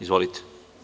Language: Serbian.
Izvolite.